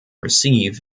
receive